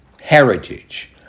heritage